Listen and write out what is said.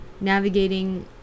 navigating